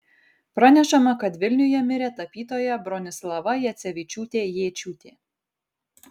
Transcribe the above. pranešama kad vilniuje mirė tapytoja bronislava jacevičiūtė jėčiūtė